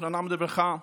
זיכרונם לברכה,